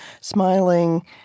smiling